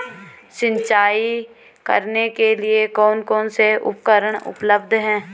सिंचाई करने के लिए कौन कौन से उपकरण उपलब्ध हैं?